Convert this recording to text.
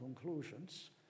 conclusions